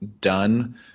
done